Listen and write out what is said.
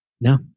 no